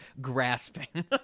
Grasping